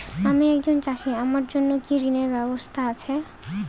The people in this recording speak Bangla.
আমি একজন চাষী আমার জন্য কি ঋণের ব্যবস্থা আছে?